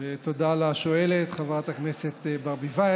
תודה לשואלת, חברת הכנסת ברביבאי.